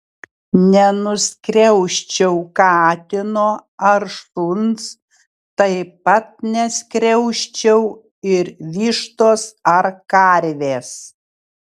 nenuskriausčiau katino ar šuns taip pat neskriausčiau ir vištos ar karvės